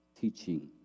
teaching